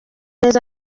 neza